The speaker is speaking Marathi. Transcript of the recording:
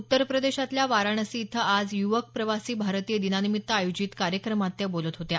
उत्तर प्रदेशातल्या वाराणसी इथं आज युवक प्रवासी भारतीय दिनानिमित्त आयोजित कार्यक्रमात त्या बोलत होत्या